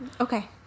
okay